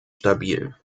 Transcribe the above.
stabil